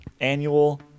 annual